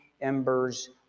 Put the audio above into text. embers